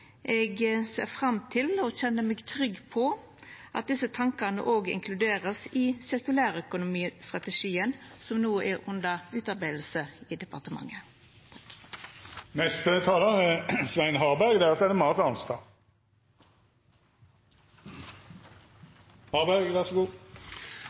kjenner meg trygg på at desse tankane òg vert inkluderte i sirkulærøkonomistrategien som no er under utarbeiding i departementet. Engasjement, bærekraft og mangfold er gode overskrifter når det skal settes mål for kulturmiljøpolitikken. Det